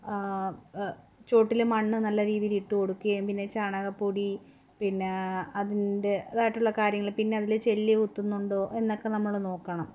ചുവട്ടിൽ മണ്ണ് നല്ല രീതിയിൽ ഇട്ടു കൊടുക്കുകയും പിന്നെ ചാണകപ്പൊടി പിന്നെ അതിൻ്റെ അതായിട്ടുള്ള കാര്യങ്ങൾ പിന്നെ അതിൽ ചെല്ലി കുത്തുന്നുണ്ടോ എന്നൊക്കെ നമ്മൾ നോക്കണം